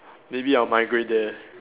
maybe I'll migrate there